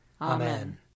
Amen